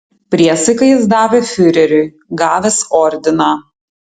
priesaiką jis davė fiureriui gavęs ordiną